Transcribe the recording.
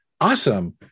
awesome